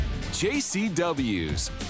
JCW's